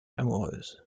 amoureuse